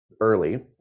early